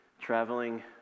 traveling